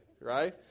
right